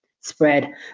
spread